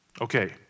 Okay